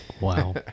Wow